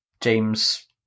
james